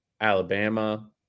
Alabama